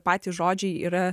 patys žodžiai yra